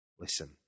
Listen